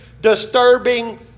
disturbing